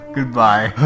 Goodbye